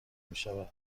میشود